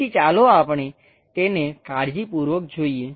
તેથી ચાલો આપણે તેને કાળજીપૂર્વક જોઈએ